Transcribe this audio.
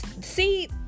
see